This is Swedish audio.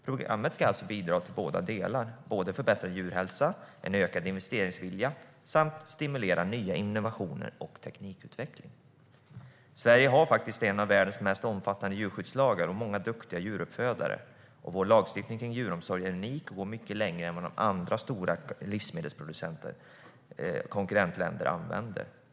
Programmet ska alltså bidra till båda delarna - både förbättrad djurhälsa och ökad investeringsvilja - samt stimulera nya innovationer och teknikutveckling. Sverige har en av världens mest omfattande djurskyddslagar och många duktiga djuruppfödare. Vår lagstiftning kring djuromsorg är unik och går mycket längre än vad andra stora livsmedelsproducerande konkurrentländer använder.